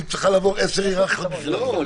היא צריכה לעבור עשר היררכיות בשביל --- לא,